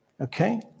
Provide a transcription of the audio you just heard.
okay